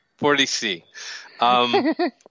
40C